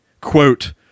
quote